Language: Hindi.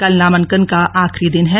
कल नामांकन का आखिरी दिन है